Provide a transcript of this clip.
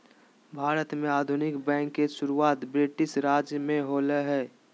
भारत में आधुनिक बैंक के शुरुआत ब्रिटिश राज में होलय हल